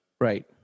Right